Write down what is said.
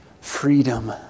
freedom